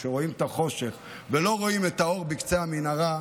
כשרואים את החושך ולא רואים את האור בקצה המנהרה,